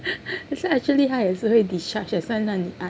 actually 他也是会 discharge that's why 让你按